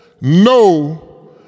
no